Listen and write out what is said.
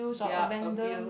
they are abuse